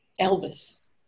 elvis